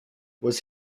was